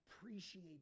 appreciate